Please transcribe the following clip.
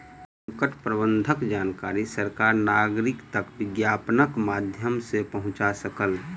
संकट प्रबंधनक जानकारी सरकार नागरिक तक विज्ञापनक माध्यम सॅ पहुंचा सकल